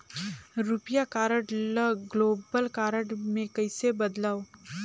रुपिया कारड ल global card मे कइसे बदलव?